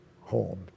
home